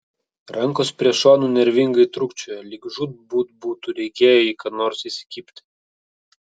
rankos prie šonų nervingai trūkčiojo lyg žūtbūt būtų reikėję į ką nors įsikibti